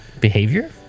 behavior